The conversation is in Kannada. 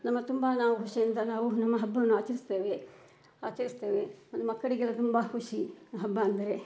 ನಮ್ಮ ತುಂಬ ನಾವು ಖುಷಿಯಿಂದ ನಾವು ನಮ್ಮ ಹಬ್ಬವನ್ನು ಆಚರಿಸ್ತೇವೆ ಆಚರಿಸ್ತೇವೆ ಮತ್ತು ಮಕ್ಕಳಿಗೆಲ್ಲ ತುಂಬ ಖುಷಿ ಹಬ್ಬ ಅಂದರೆ